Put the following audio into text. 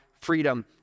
freedom